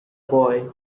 boy